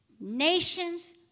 Nations